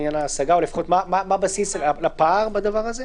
מה הבסיס לפער בדבר הזה?